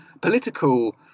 political